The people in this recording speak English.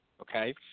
okay